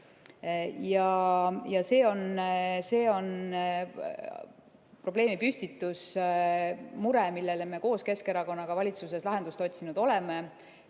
See on probleemipüstitus, mure, millele me koos Keskerakonnaga valitsuses lahendust otsinud oleme.